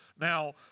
Now